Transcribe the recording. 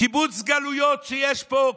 קיבוץ גלויות שיש פה,